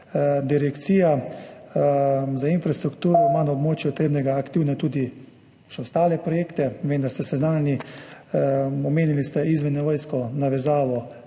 Direkcija za infrastrukturo na območju Trebnjega aktivne tudi še ostale projekte. Vem, da ste seznanjeni. Omenili ste izvennivojsko navezavo